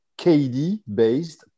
KD-based